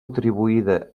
atribuïda